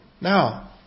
Now